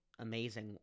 amazing